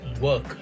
work